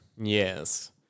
Yes